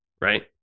right